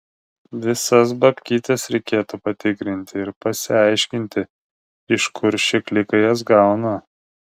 visas babkytes reikėtų patikrinti ir pasiaiškinti iš kur ši klika jas gauna